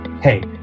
Hey